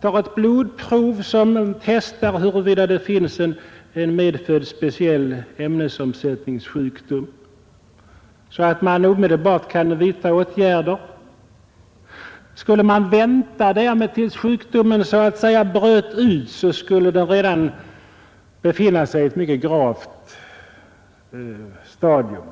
tar ett blodprov för att testa huruvida de har en speciell medfödd ämnesomsättningssjukdom och för att i så fall omedelbart kunna vidta åtgärder. Skulle man vänta därmed tills sjukdomen ger tydliga symtom, skulle den redan befinna sig i ett mycket gravt stadium.